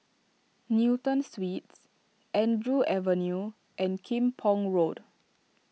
Newton Suites Andrews Avenue and Kim Pong Road